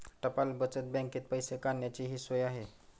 टपाल बचत बँकेत पैसे काढण्याचीही सोय आहे